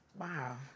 Wow